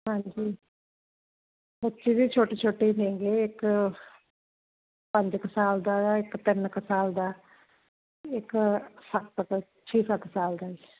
ਹਾਂਜੀ ਬੱਚੇ ਜੀ ਛੋਟੇ ਛੋਟੇ ਨੇ ਗੇ ਇੱਕ ਪੰਜ ਕ ਸਾਲ ਦਾ ਗਾ ਇੱਕ ਤਿੰਨ ਕ ਸਾਲ ਦਾ ਇੱਕ ਸੱਤ ਛੇ ਸੱਤ ਸਾਲ ਦਾ ਏ